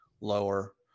lower